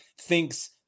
thinks